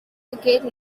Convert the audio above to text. decade